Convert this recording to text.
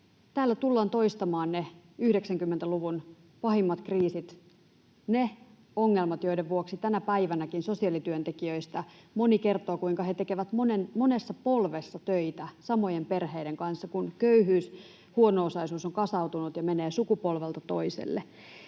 Täällä tullaan toistamaan ne 90-luvun pahimmat kriisit, ne ongelmat, joiden vuoksi tänäkin päivänä sosiaalityöntekijöistä moni kertoo, kuinka he tekevät monessa polvessa töitä samojen perheiden kanssa, kun köyhyys ja huono-osaisuus ovat kasautuneet ja menevät sukupolvelta toiselle.